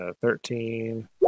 thirteen